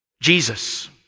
Jesus